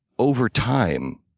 over time,